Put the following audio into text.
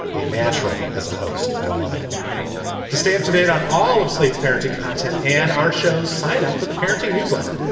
a natural as a host, i'm loving it to stay up to date on all of slate's parenting content and our shows sign up for the parenting newsletter.